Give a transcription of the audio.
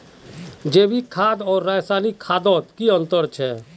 जैविक खाद आर रासायनिक खादोत की अंतर छे?